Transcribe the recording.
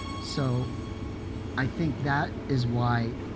so i think that is why